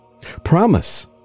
Promise